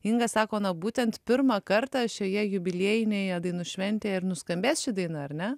inga sako na būtent pirmą kartą šioje jubiliejinėje dainų šventėje ir nuskambės ši daina ar ne